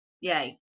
Yay